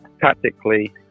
Tactically